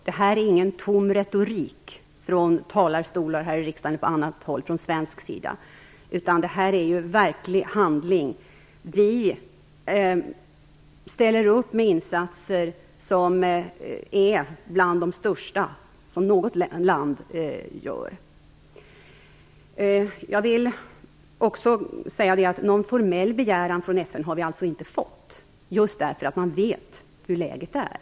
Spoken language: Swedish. Det här är ingen tom retorik från talarstolen i riksdagen och från andra håll från svensk sida. Det är fråga om verklig handling. Sverige ställer upp med insatser som är bland de största jämfört med andra länders. Jag vill också säga att vi inte har fått någon formell begäran från FN, just därför att man vet hur läget är.